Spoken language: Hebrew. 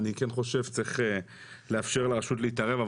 אני כן חושב שצריך לאפשר לרשות להתערב,